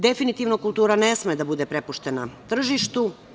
Definitivno, kultura ne sme da bude prepuštena tržištu.